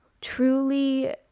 truly